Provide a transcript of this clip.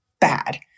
bad